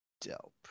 Dope